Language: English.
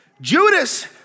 Judas